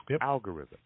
algorithm